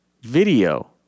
video